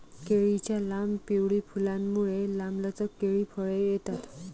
केळीच्या लांब, पिवळी फुलांमुळे, लांबलचक केळी फळे येतात